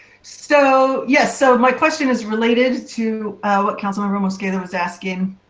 so, yeah, so my question is related to what council member mosqueda was asking.